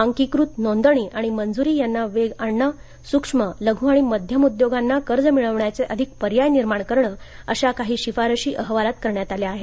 अंकीकृत नोंदणी आणि मंजुरी यांना वेग आणणं सूक्ष्म लघु आणि मध्यम उद्योगांना कर्ज मिळवण्याचे अधिक पर्याय निर्माण करणं अशा काही शिफारशी अहवालात करण्यात आल्या आहेत